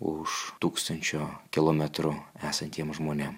už tūkstančio kilometrų esantiem žmonėm